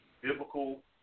biblical